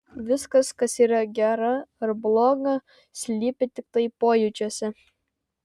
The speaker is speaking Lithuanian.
viskas kas yra gera ar bloga slypi tiktai pojūčiuose